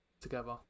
together